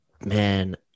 man